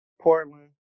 Portland